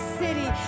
city